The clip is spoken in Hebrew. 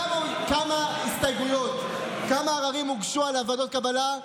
כמה הסתייגויות, כמה עררים הוגשו על ועדות הקבלה?